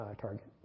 target